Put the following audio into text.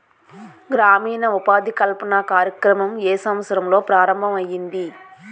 గ్రామీణ ఉపాధి కల్పన కార్యక్రమం ఏ సంవత్సరంలో ప్రారంభం ఐయ్యింది?